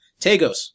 Tagos